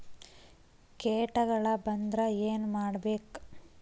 ಕೇಟಗಳ ಬಂದ್ರ ಏನ್ ಮಾಡ್ಬೇಕ್?